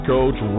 Coach